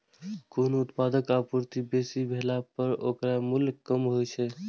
कोनो उत्पादक आपूर्ति बेसी भेला पर ओकर मूल्य कम होइ छै